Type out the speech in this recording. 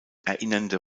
erinnernde